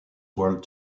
world